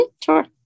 Sure